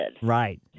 Right